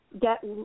get